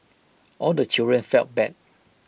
all the children felt bad